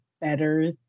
better